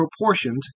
proportioned